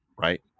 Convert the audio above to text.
right